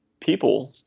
people